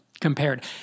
compared